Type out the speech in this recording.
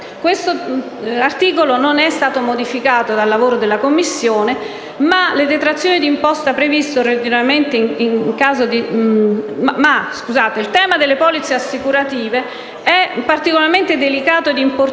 articolo non è stato modificato dal lavoro della Commissione. Il tema delle polizze assicurative è particolarmente delicato ed importante